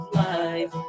life